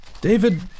David